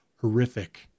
Horrific